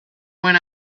when